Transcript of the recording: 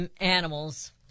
animals